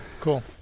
cool